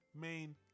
main